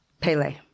Pele